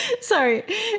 sorry